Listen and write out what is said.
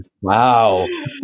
wow